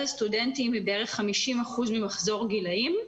הסטודנטים היא בערך 50% ממחזור גילאים.